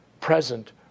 present